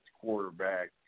quarterback